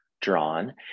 drawn